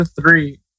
three